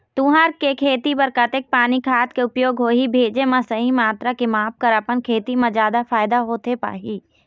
तुंहर के खेती बर कतेक पानी खाद के उपयोग होही भेजे मा सही मात्रा के माप कर अपन खेती मा जादा फायदा होथे पाही?